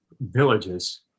villages